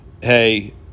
hey